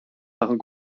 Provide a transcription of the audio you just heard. gaan